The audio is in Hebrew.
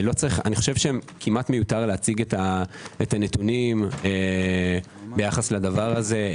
אני חושב שכמעט מיותר להציג את הנתונים ביחס לדבר הזה,